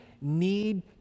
need